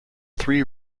three